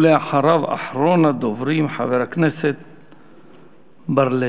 ולאחריו אחרון הדוברים, חבר הכנסת בר-לב.